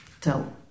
tell